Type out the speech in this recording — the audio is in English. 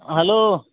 hello